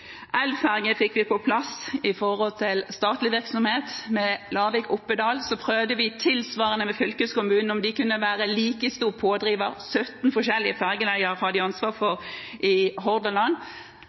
Elfergen fikk man på plass med statlig virksomhet – med Lavik–Oppedal. Så prøvde vi tilsvarende med fylkeskommunen, om de kunne være like stor pådriver – 17 forskjellige fergeleier har de ansvar for